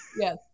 Yes